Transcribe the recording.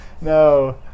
no